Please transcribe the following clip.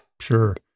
Sure